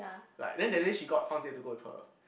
like then that day she got fang jie to go with her